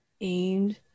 aimed